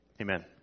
Amen